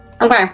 okay